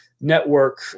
network